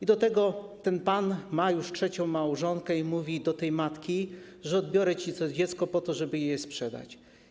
I do tego ten pan ma już trzecią małżonkę i mówi do tej matki: odbiorę ci dziecko po to, żeby je sprzedać.